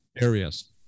areas